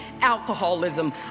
alcoholism